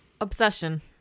Obsession